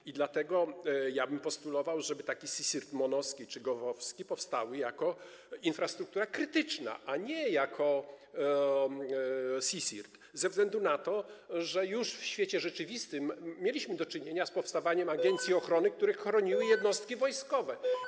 I dlatego ja postulowałbym, żeby taki CSIRT MON-owski czy GOV-owski powstawał jako infrastruktura krytyczna, a nie jako CSIRT, ze względu na to, że już w świecie rzeczywistym mieliśmy do czynienia z powstawaniem agencji ochrony, które chroniły jednostki wojskowe.